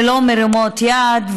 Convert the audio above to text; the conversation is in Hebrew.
שלא מרימות ידיים,